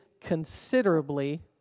considerably